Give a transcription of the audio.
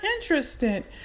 interested